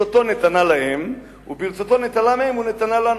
ברצותו נתנה להם, וברצותו נטלה מהם ונתנה לנו.